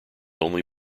only